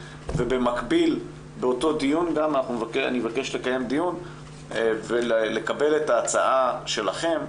ובמקביל באותו דיון גם אני אבקש לקיים דיון ולקבל את ההצעה שלכם,